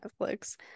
netflix